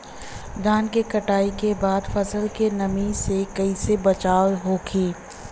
धान के कटाई के बाद फसल के नमी से कइसे बचाव होखि?